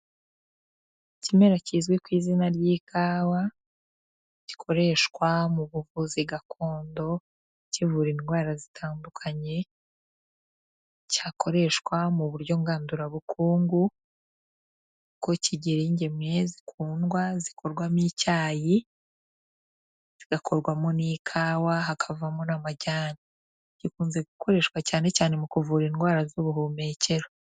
Ikimera kizwi ku izina ry'ikawa, gikoreshwa mu buvuzi gakondo, kivura indwara zitandukanye, cyakoreshwa mu buryo ngandurabukungu, kuko kigira ingemwe zikundwa, zikorwamo icyayi, zigakorwamo n'ikawa, hakavamo n'amajyani, gikunze gukoreshwa cyane cyane mu kuvura indwara z'ubuhumekero.